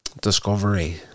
Discovery